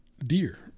deer